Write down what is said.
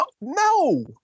no